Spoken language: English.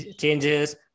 changes